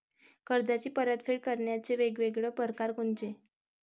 कर्जाची परतफेड करण्याचे वेगवेगळ परकार कोनचे?